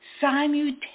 simultaneously